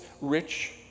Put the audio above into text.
rich